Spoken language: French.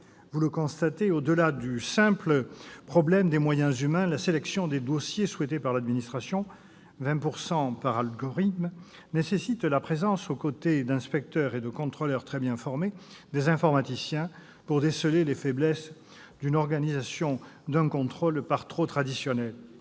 Vous le constatez, au-delà du simple problème des moyens humains, la sélection des dossiers souhaitée par l'administration- 20 % par algorithmes -nécessite la présence, aux côtés d'inspecteurs et de contrôleurs très bien formés, d'informaticiens pour déceler les faiblesses d'une organisation d'un contrôle par trop traditionnel.